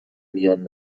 میان